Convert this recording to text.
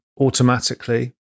automatically